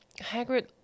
hagrid